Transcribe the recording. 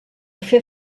fer